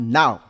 now